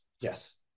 Yes